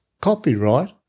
copyright